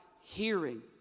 hearing